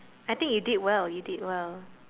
I think you did well you did well